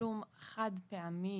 שתשלום חד-פעמי